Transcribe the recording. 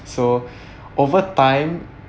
so over time